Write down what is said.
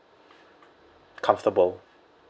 comfortable